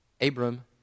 Abram